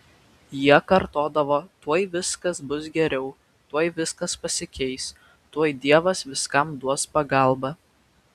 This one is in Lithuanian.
jie kartodavo tuoj viskas bus geriau tuoj viskas pasikeis tuoj dievas viskam duos pagalbą